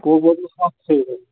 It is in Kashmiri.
کوٗک بوتلہٕ ہتھ تھٲوِو تُہۍ